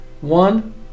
one